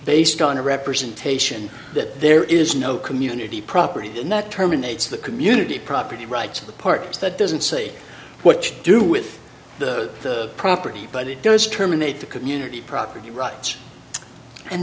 based on a representation that there is no community property then that terminates the community property rights of the parties that doesn't say what you do with the property but it does terminate the community property rights and